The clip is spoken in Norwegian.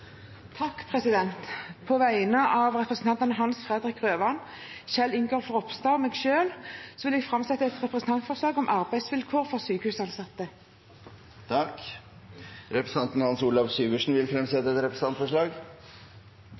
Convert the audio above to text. På vegne av representantene Hans Fredrik Grøvan, Kjell Ingolf Ropstad og meg selv vil jeg framsette et representantforslag om arbeidsvilkår for sykehusansatte. Representanten Hans Olav Syversen vil fremsette et representantforslag.